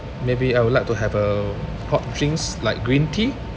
maybe I would like to have a hot drinks like green tea